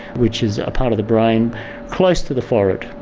which is a part of the brain close to the forehead.